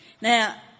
Now